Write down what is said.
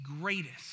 greatest